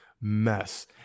mess